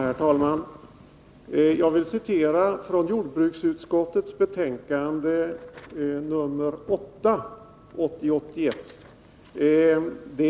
Herr talman! Jag vill citera från jordbruksutskottets betänkande 1980/ 81:8.